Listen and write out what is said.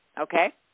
Okay